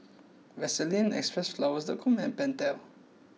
Vaseline Xpressflower dot com and Pentel